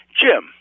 Jim